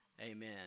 Amen